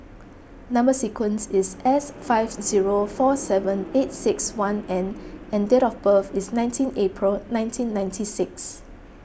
Number Sequence is S five zero four seven eight six one N and date of birth is nineteen April nineteen ninety six